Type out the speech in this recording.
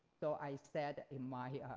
so i said in my